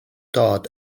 dod